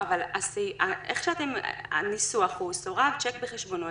אבל הניסוח הוא "סורב צ'ק בחשבונו,